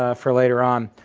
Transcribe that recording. ah for later on.